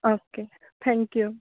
okay thank you